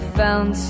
found